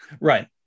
Right